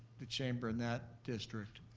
the chamber in that district